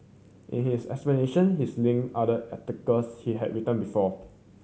in his explanation he linked other articles he has written before